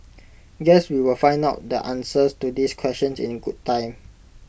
guess we will find out the answers to these questions in good time